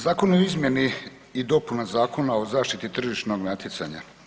Zakon o izmjeni i dopuni Zakona o zaštiti tržišnog natjecanja.